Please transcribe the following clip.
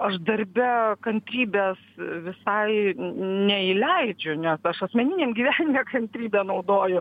aš darbe kantrybės visai neįleidžiu nes aš asmeniniam gyvenime kantrybę naudoju